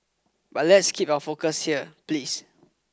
but let's keep our focus here please